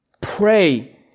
pray